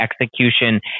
execution